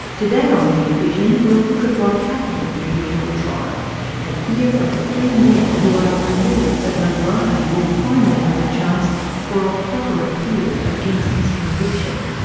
today on rear vision, we'll look at what happened at the original trial and hear from three men who are relieved that megrahi will finally have a chance for a proper appeal against his conviction.